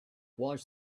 was